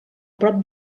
prop